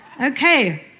Okay